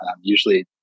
usually